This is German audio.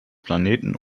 planeten